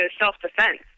self-defense